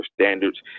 standards